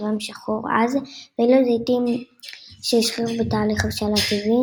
וצבעם שחור עז ואילו זיתים שהשחירו בתהליך הבשלה טבעי